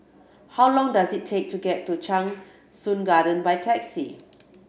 how long does it take to get to Cheng Soon Garden by taxi